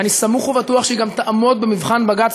ואני סמוך ובטוח שהיא גם תעמוד במבחן בג"ץ,